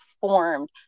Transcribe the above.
formed